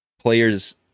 player's